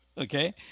Okay